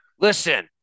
Listen